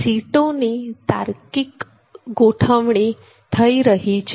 સીટો ની ગોઠવણી તાર્કિક રીતે થઈ રહી છે